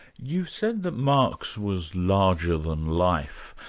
you said that marx was larger than life.